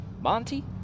Monty